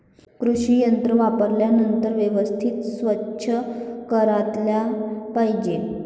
कृषी यंत्रे वापरल्यानंतर व्यवस्थित स्वच्छ करायला पाहिजे